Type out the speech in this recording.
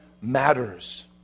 matters